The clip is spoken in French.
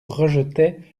rejetaient